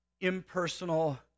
impersonal